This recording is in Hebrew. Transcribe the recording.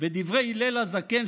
ודברי הלל הזקן,